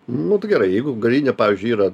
nu tai gerai jeigu garinė pavyzdžiui yra